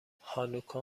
هانوکا